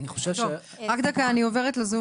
אני רוצה להגיד משהו